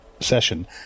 session